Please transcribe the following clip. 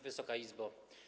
Wysoka Izbo!